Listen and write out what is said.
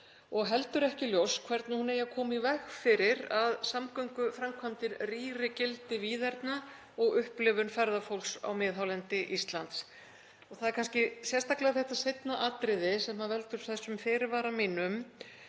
og heldur ekki ljóst hvernig hún eigi að koma í veg fyrir að samgönguframkvæmdir rýri gildi víðerna og upplifun ferðafólks á miðhálendi Íslands. Það er kannski sérstaklega þetta seinna atriði sem veldur þessum fyrirvara mínum.